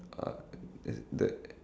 uh that